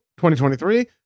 2023